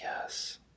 Yes